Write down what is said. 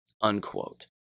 Unquote